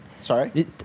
Sorry